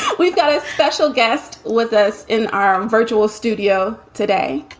we've got a special guest with us in our virtual studio today.